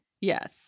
Yes